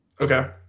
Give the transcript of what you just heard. okay